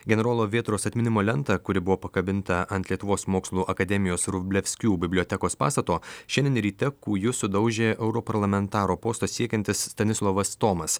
generolo vėtros atminimo lentą kuri buvo pakabinta ant lietuvos mokslų akademijos vrublevskių bibliotekos pastato šiandien ryte kūju sudaužė europarlamentaro posto siekiantis stanislovas tomas